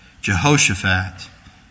Jehoshaphat